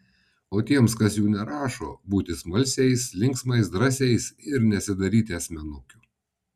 o tiems kas jų ir nerašo būti smalsiais linksmais drąsiais ir nesidaryti asmenukių